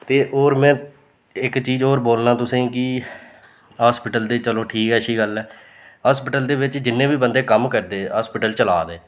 ते होर मै इक चीज़ होर बोलना तुसें कि हॉस्पिटल ते चलो ठीक अच्छी गल्ल ऐ हॉस्पिटल दे बिच्च जिन्ने बी बंदे कम्म करदे हास्पिटल चला दे